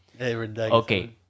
Okay